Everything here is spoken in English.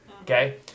okay